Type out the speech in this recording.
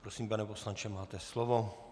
Prosím, pane poslanče, máte slovo.